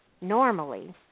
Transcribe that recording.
normally